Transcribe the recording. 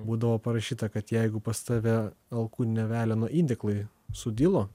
būdavo parašyta kad jeigu pas tave alkūninio veleno įdėklai sudilo